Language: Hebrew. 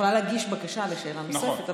את יכולה להגיש בקשה לשאלה נוספת,